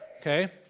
okay